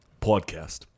podcast